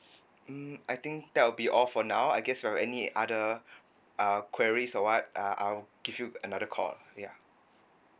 mm I think that will be all for now I guess if I've any other uh queries or what uh I'll give you another call ya